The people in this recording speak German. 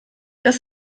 das